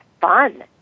fun